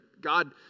God